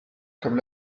comme